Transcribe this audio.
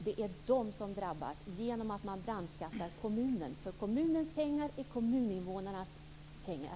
Det är de som drabbas genom att man brandskattar kommunen, för kommunens pengar är kommuninvånarnas pengar.